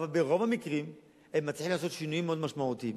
אבל ברוב המקרים הם מצליחים לעשות שינויים מאוד משמעותיים.